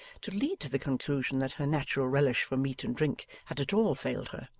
to lead to the conclusion that her natural relish for meat and drink had at all failed her.